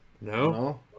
No